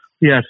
Yes